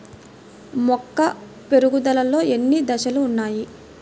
మొక్క పెరుగుదలలో ఎన్ని దశలు వున్నాయి?